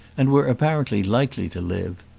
and were apparently likely to live.